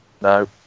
No